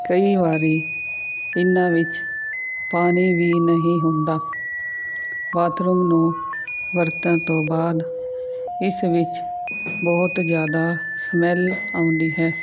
ਕਈ ਵਾਰੀ ਇਹਨਾਂ ਵਿੱਚ ਪਾਣੀ ਵੀ ਨਹੀਂ ਹੁੰਦਾ ਬਾਥਰੂਮ ਨੂੰ ਵਰਤਣ ਤੋਂ ਬਾਅਦ ਇਸ ਵਿੱਚ ਬਹੁਤ ਜ਼ਿਆਦਾ ਸਮੈਲ ਆਉਂਦੀ ਹੈ